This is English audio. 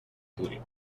point